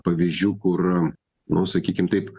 pavyzdžių kur nu sakykim taip